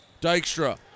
Dykstra